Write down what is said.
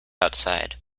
outside